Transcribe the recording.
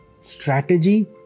strategy